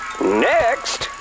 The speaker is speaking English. Next